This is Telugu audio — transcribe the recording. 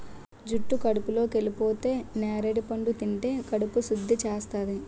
జుట్టు కడుపులోకెళిపోతే నేరడి పండు తింటే కడుపు సుద్ధి చేస్తాది